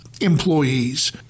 employees